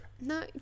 No